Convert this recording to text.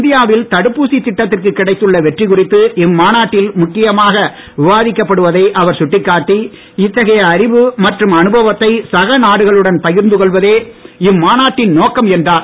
இந்தியாவில் தடுப்பூசி திட்டத்திற்கு கிடைத்துள்ள வெற்றி குறித்து இம்மாநாட்டில் முக்கியமாக விவாதிக்கப்படுவதை அவர் சுட்டிக்காட்டி இத்தகைய அறிவு மற்றம் அனுபவத்தை சக நாடுகளுடன் பகிர்ந்து கொள்வதே இம்மாநாட்டின் நோக்கம் என்றார்